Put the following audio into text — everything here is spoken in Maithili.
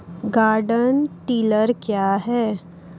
गार्डन टिलर क्या हैं?